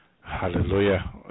hallelujah